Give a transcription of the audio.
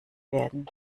werden